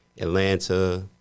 Atlanta